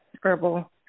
herbal